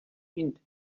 wind